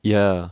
ya